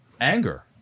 anger